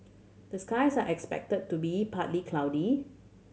the skies are expected to be partly cloudy